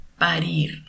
parir